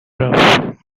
rough